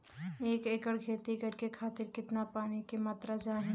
एक एकड़ खेती करे खातिर कितना पानी के मात्रा चाही?